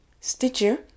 Stitcher